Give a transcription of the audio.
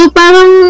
parang